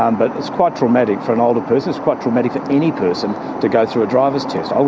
um but it's quite traumatic for an older person, it's quite traumatic for any person to go through a drivers test. so